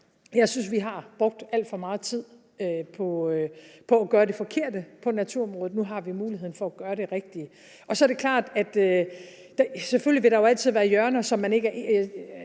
Jeg synes, vi har brugt alt for meget tid på at gøre det forkerte på naturområdet. Nu har vi muligheden for at gøre det rigtige. Og så er det klart, at der selvfølgelig altid vil være hjørner – og jeg siger